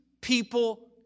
people